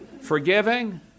forgiving